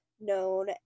known